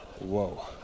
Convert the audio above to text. whoa